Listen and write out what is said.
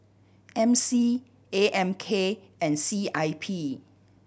M C A M K and C I P